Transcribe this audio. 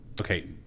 Okay